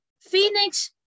Phoenix